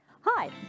Hi